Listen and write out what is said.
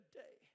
day